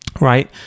right